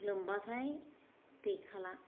लोमबाथाय गैखाला